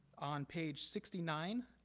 on page sixty nine,